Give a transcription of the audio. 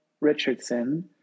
Richardson